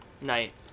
Night